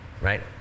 Right